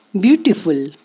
beautiful